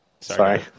sorry